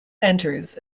enters